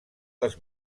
dels